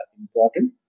important